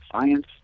science